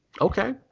Okay